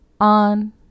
On